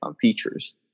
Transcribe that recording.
features